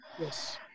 Yes